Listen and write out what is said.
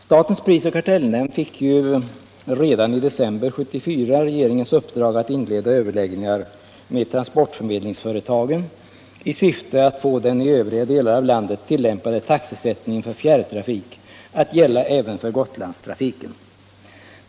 Statens prisoch kartellnämnd fick redan i december 1974 regeringens uppdrag att inleda överläggningar med transportförmedlingsföretagen i syfte att få den i övriga delar av landet tillämpade taxesättningen för fjärrtrafik att gälla även för Gotlandstrafiken.